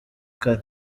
kare